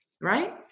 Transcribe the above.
right